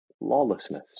Lawlessness